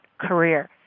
career